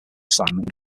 assignment